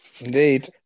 Indeed